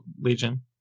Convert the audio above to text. Legion